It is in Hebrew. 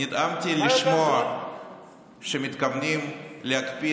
היום נדהמתי לשמוע שמתכוונים להקפיא